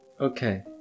okay